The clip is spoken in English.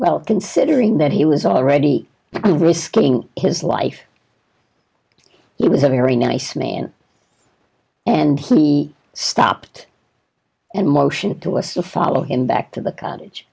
well considering that he was already risking his life he was a very nice man and he stopped and motioned to us to follow him back to the cottage